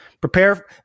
prepare